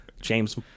James